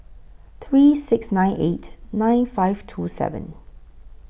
three six nine eight nine five two seven